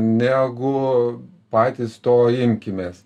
negu patys to imkimės